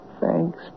Thanks